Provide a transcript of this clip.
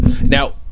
now